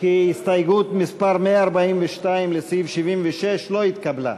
כי הסתייגות מס' 142 לסעיף 76 לא התקבלה.